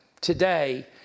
today